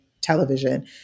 television